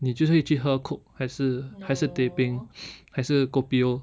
你就是会去喝 her coke 还是还是 teh peng 还是 kopi O